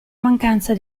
mancanza